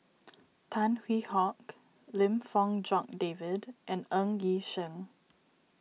Tan Hwee Hock Lim Fong Jock David and Ng Yi Sheng